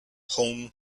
home